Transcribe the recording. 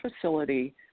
facility